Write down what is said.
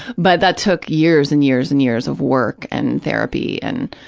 but that took years and years and years of work and therapy. and,